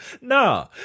Nah